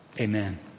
Amen